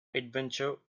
adventure